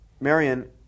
Marion